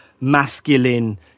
masculine